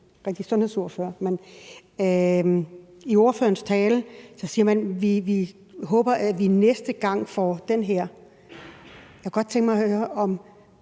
rigtige sundhedsordfører, men i ordførerens tale siger man, at vi håber, at vi næste gang får den her gruppe med. Jeg kunne godt tænke mig at høre, om